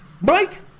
Mike